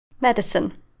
Medicine